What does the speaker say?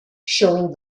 showing